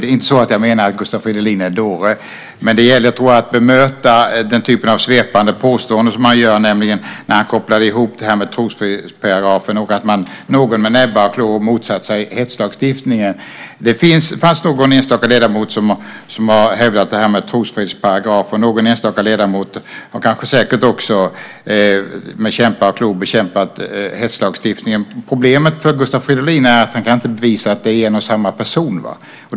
Det är inte så att jag menar att Gustav Fridolin är en dåre, men jag tror att det gäller att bemöta den typ av svepande påståenden som han gör när han kopplar ihop det här med trosfridsparagrafen och att någon med näbbar och klor har motsatt sig hetslagstiftningen. Det fanns någon enstaka ledamot som har hävdat det här med trosfridsparagrafen och någon enstaka ledamot som kanske också med näbbar och klor har bekämpat hetslagstiftningen. Problemet för Gustav Fridolin är att han inte kan bevisa att det är en och samma person.